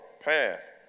path